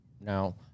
now